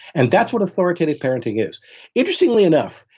and that's what authoritative parenting is interestingly enough,